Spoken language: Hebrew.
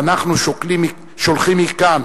ואנחנו שולחים מכאן